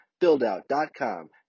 buildout.com